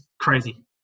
crazy